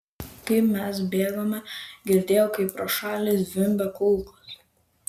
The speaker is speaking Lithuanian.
kai mes bėgome girdėjau kaip pro šalį zvimbia kulkos